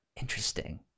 Interesting